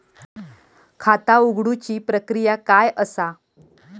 खाता उघडुची प्रक्रिया काय असा?